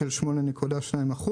של 8.2%,